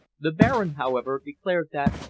the baron, however, declared that,